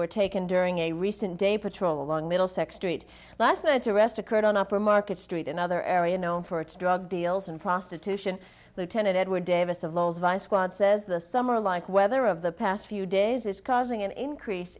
were taken during a recent day patrol along middlesex street last night's arrest occurred on upper market street another area known for its drug deals and prostitution lieutenant edward davis of lulz vice squad says the summer like weather of the past few days is causing an increase